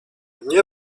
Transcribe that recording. nie